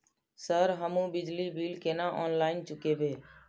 Sir हमू बिजली bill केना ऑनलाईन चुकेबे?